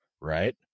right